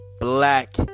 black